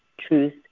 truth